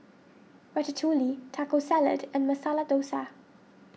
Ratatouille Taco Salad and Masala Dosa